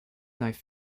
knife